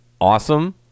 awesome